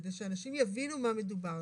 כדי שאנשים יבינו במה מדובר,